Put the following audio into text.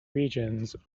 regions